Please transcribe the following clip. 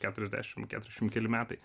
keturiasdešimt keturiasdešim keli metai